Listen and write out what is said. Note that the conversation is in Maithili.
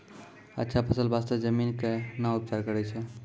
अच्छा फसल बास्ते जमीन कऽ कै ना उपचार करैय छै